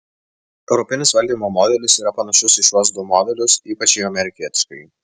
europinis valdymo modelis yra panašus į šiuos du modelius ypač į amerikietiškąjį